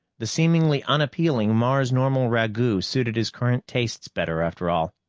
the seemingly unappealing mars-normal ragout suited his current tastes better, after all.